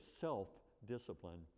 self-discipline